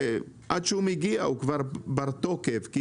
שעד שהוא מגיע הוא כבר פג תוקף.